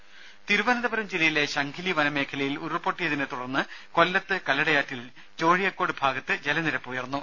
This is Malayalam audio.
ദേദ തിരുവനന്തപുരം ജില്ലയിലെ ശംഖിലി വനമേഖലയിൽ ഉരുൾ പൊട്ടിയതിനെത്തുടർന്ന് കൊല്ലത്ത് കല്ലടയാറ്റിൽ ചോഴിയക്കോട് ഭാഗത്ത് ജലനിരപ്പുയർന്നു